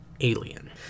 alien